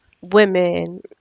Women